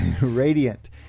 Radiant